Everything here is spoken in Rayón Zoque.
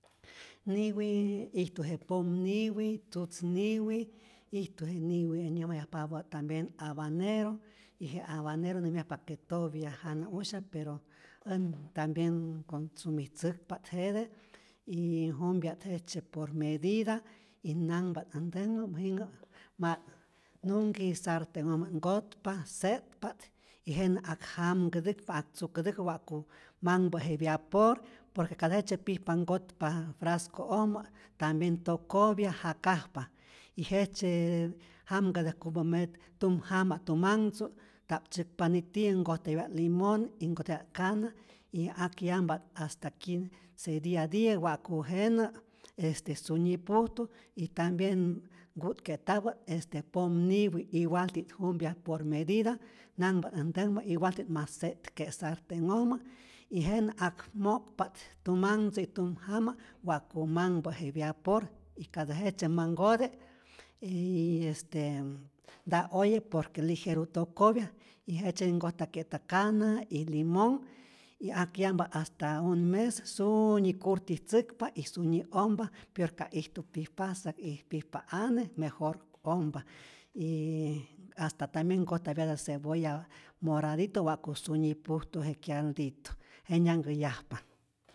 Niwi ijtu je pomniwi, tzutz niwi, ijtu je niwi nyäjmayajpapä tambien abanero, y je abanero nämyajpa que topya jana'usyak pero än tambien nconsumitzäkpa't jete, y jumpya't jejtzye por medida y nanhpa't äj ntänhmä, jinhä ma't nunhki sarte'nhojmä't nkotpa se'tpa't y jenä ak jamkätäkpa't, ak tzukätäkpa't wa'ku manhpä je byapor, por que katä jejtzye pijpa nkojta frasco'ojmä tambien tokopya, jakajpa y jejtzye jamkätäjkupä metz tum jama, tumanh tzu', nta'p tzyäkpa nitiyä, nkojtapya't limon y nkojtapya't kana y ak yampa't hasta quince dia diyä wa'ku jenä' este sunyi pujtu y tambien nku'tke'tapä't este pomniwi igualti't jumpya por medida, nanhpa't äj ntäkmä igualti't ma se'tke sartenh'ojmä y jenä ak mo'kpa't tumanhtzu y tum jama' wa'ku manhpä' je byapor, y ka tä jejtzye ma nkote yyy este nta oye, por que lijeru tokopya y jejtzyetä nkojtakye'ta kana y limonh y ak yampa't hasta un mes suuunyi curtitzäkpa y sunyi ompa, pior ka ijtu pijpa säk y pijpa ane mejor ompa y hasta tambien nkojtapyatä't cebolla moradito wa'ku sunyi pujtu je kyaltito, jenyanhkä yajpa.